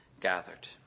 gathered